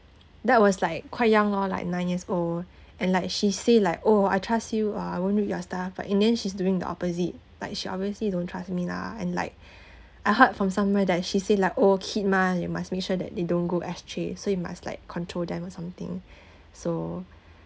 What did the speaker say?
that was like quite young lor like nine years old and like she say like oh I trust you ah I won't read your stuff but in the end she's doing the opposite like she obviously don't trust me lah and like I heard from somewhere that she say like oh kid mah you must make sure that they don't go astray so you must like control them or something so